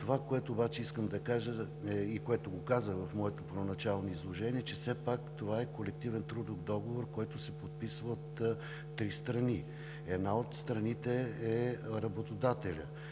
Това, което обаче искам да кажа и което го казах в моето първоначално изложение, е, че все пак това е колективен трудов договор, който се подписва от три страни. Една от страните е работодателят.